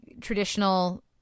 traditional